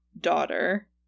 daughter